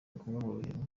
ngombwa